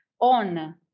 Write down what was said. on